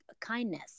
kindness